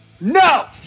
No